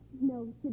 No